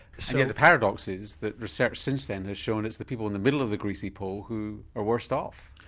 so and the paradox is that research since then has shown that it's the people in the middle of the greasy pole who are worst off.